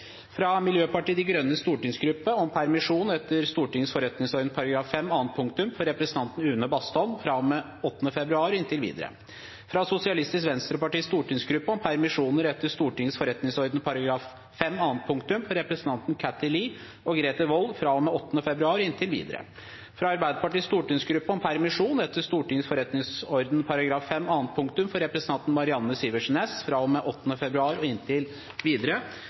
fra Miljøpartiet De Grønnes stortingsgruppe om permisjon etter Stortingets forretningsorden § 5 annet punktum for representanten Une Bastholm fra og med 8. februar og inntil videre fra Sosialistisk Venstrepartis stortingsgruppe om permisjoner etter Stortingets forretningsorden § 5 annet punktum for representantene Kathy Lie og Grete Wold fra og med 8. februar og inntil videre fra Arbeiderpartiets stortingsgruppe om permisjon etter Stortingets forretningsorden § 5 annet punktum for representanten Marianne Sivertsen Næss fra og med 8. februar og inntil videre